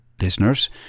listeners